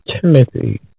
Timothy